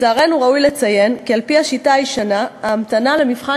ראוי לציין כי בשיטה הישנה ההמתנה למבחן